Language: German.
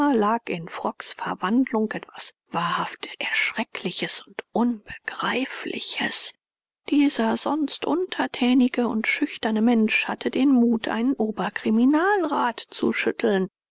lag in frocks verwandlung etwas wahrhaft erschreckliches und unbegreifliches dieser sonst untertänige und schüchterne mensch hatte den mut einen oberkriminalrat zu schütteln